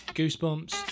goosebumps